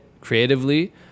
creatively